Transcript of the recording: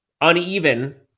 uneven